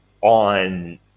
on